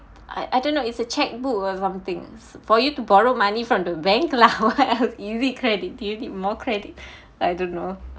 I I don't know it's a checkbook or some things for you to borrow money from the bank lah what else EasiCredit do you need more credit I don't know